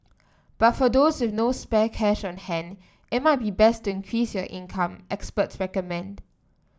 but for those with no spare cash on hand it might be best to increase your income experts recommend